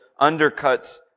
undercuts